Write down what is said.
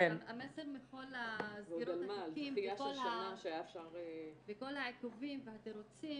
המסר מכל סגירות התיקים וכל העיכובים והתירוצים